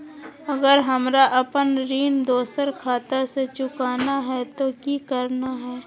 अगर हमरा अपन ऋण दोसर खाता से चुकाना है तो कि करना है?